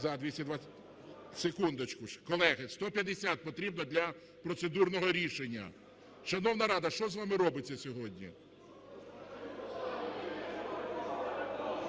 За-222 Секундочку, колеги. 150 потрібно для процедурного рішення. Шановна "Рада", що з вами робиться сьогодні?